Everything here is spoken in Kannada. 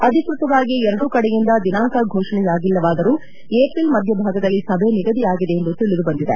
ಅಧಿಕೃತವಾಗಿ ಎರಡೂ ಕಡೆಯಿಂದ ದಿನಾಂಕ ಘೋಷಣೆಯಾಗಿಲ್ಲವಾದರೂ ಏಪ್ರಿಲ್ ಮಧ್ಯಭಾಗದಲ್ಲಿ ಸಭೆ ನಿಗದಿಯಾಗಿದೆ ಎಂದು ತಿಳಿದುಬಂದಿದೆ